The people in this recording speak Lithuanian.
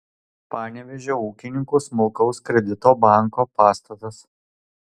panevėžio ūkininkų smulkaus kredito banko pastatas